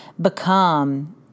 become